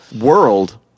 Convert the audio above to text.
world